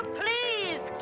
please